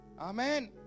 amen